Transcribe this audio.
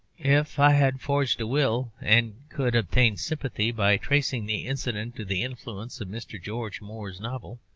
if i had forged a will, and could obtain sympathy by tracing the incident to the influence of mr. george moore's novels,